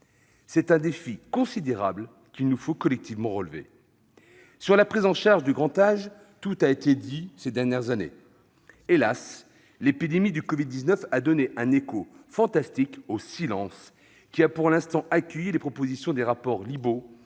C'est un défi considérable qu'il nous faut collectivement relever. Sur la prise en charge du grand âge, tout a été dit ces dernières années. Las, l'épidémie de covid-19 a donné un écho fantastique au silence avec lequel ont été accueillies- pour l'instant -les propositions des rapports Libault,